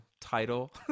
title